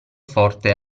forte